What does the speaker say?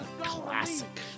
Classic